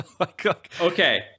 okay